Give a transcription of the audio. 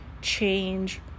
change